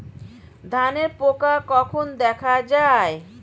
ধানের পোকা কখন দেখা দেয়?